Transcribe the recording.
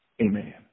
Amen